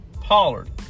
Pollard